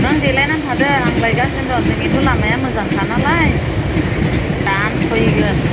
नों देलायनानै थादो आं लायगासिनो दं जोंनिथ' लामाया मोजांखा नालाय दानो सहैगोन